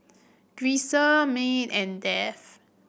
Grisel Me and Dave